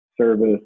service